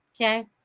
Okay